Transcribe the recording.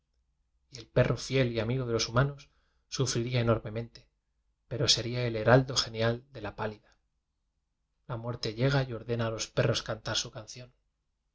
el perro fiel y amigo de los humanos sufriría enor memente pero sería el heraldo genial de la pálida la muerte llega y ordena a los perros cantar su canción